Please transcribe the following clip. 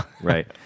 Right